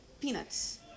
peanuts